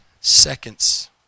seconds